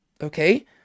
Okay